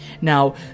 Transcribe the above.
Now